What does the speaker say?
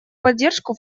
поддержку